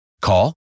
Call